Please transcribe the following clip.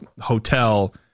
hotel